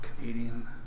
Canadian